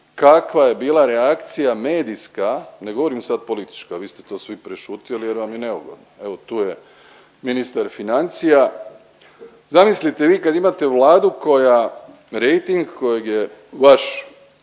kakva je bila reakcija medijska, ne govorim sad politička, a vi ste to svi prešutjeli jer vam je neugodno, evo tu je ministar financija, zamislite vi kad imate Vladu koja, rejting kojeg je vaš